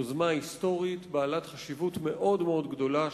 יוזמה היסטורית בעלת חשיבות מאוד גדולה,